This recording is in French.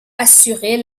assurer